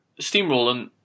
steamrolling